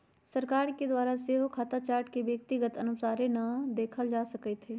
सरकार के द्वारा सेहो खता चार्ट के व्यक्तिगत अनुसारे न देखल जा सकैत हइ